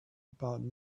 about